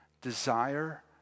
Desire